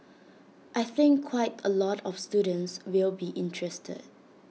I think quite A lot of students will be interested